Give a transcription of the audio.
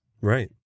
Right